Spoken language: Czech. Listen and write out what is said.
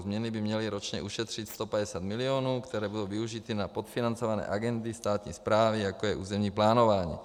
Změny by měly ročně ušetřit 150 milionů, které budou využity na podfinancované agendy státní správy, jako je územní plánování.